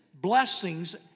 blessings